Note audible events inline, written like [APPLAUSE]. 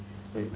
[NOISE]